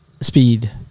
speed